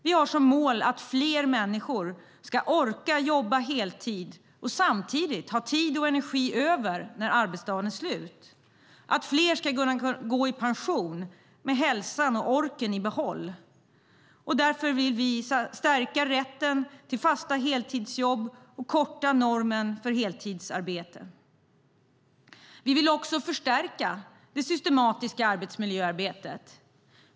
Vi har som mål att fler människor ska orka jobba heltid och samtidigt ha tid och energi över när arbetsdagen är slut, att fler ska kunna gå i pension med hälsan och orken i behåll. Därför vill vi stärka rätten till fasta heltidsjobb och korta normen för heltidsarbete. Vi vill också förstärka det systematiska arbetsmiljöarbetet.